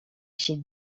się